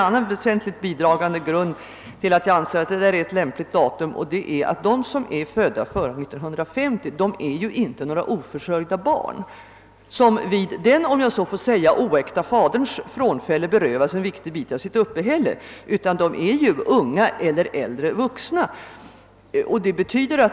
En väsentligt bidragande orsak till att jag anser detta vara ett lämpligt datum är också att de som är födda före 1950 inte är några oförsörjda barn, som vid den — om jag så får säga — oäkta faderns frånfälle berövas en viktig del av sitt uppehälle, utan det är yngre eller äldre vuxna.